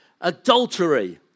adultery